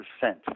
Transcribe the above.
percent